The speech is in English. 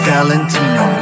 Valentino